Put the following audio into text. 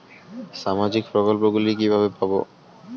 সামাজিক প্রকল্প গুলি কিভাবে পাব?